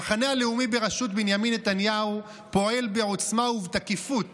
המחנה הלאומי בראשות בנימין נתניהו פועל בעוצמה ובתקיפות